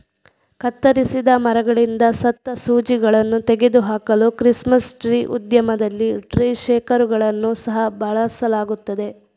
ಕತ್ತರಿಸಿದ ಮರಗಳಿಂದ ಸತ್ತ ಸೂಜಿಗಳನ್ನು ತೆಗೆದು ಹಾಕಲು ಕ್ರಿಸ್ಮಸ್ ಟ್ರೀ ಉದ್ಯಮದಲ್ಲಿ ಟ್ರೀ ಶೇಕರುಗಳನ್ನು ಸಹ ಬಳಸಲಾಗುತ್ತದೆ